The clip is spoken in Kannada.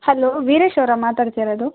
ಹಲೋ ವೀರೇಶ್ ಅವ್ರಾ ಮಾತಾಡ್ತಿರೊದು